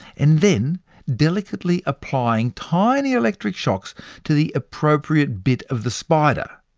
and then delicately applying tiny electric shocks to the appropriate bit of the spider.